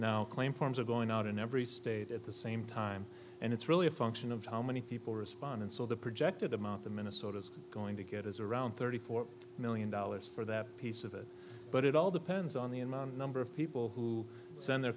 now claim forms are going out in every state at the same time and it's really a function of how many people respond and so the projected amount the minnesota's going to get is around thirty four million dollars for that piece of it but it all depends on the number of people who send their